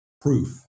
proof